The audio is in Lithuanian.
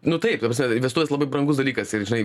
nu taip ta prasme vestuvės labai brangus dalykas ir žinai